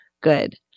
good